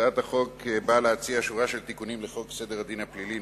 הצעת החוק באה להציע שורה של תיקונים לחוק סדר הדין הפלילי ,